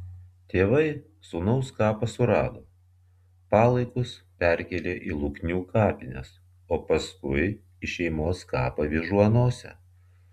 tėvai sūnaus kapą surado palaikus perkėlė į luknių kapines o paskui į šeimos kapą vyžuonose